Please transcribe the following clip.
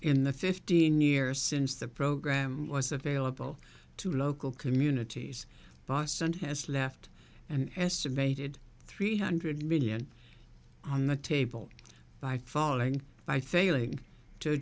the fifteen years since the program was available to local communities boston has left an estimated three hundred million on the table by falling by failing to